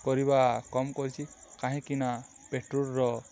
କରିବା କମ୍ କରଛି କାହିଁକି ନା ପେଟ୍ରୋଲ୍ର